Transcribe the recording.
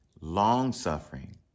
long-suffering